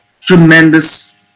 tremendous